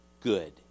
good